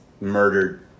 murdered